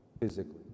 physically